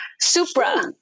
Supra